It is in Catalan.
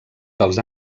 dels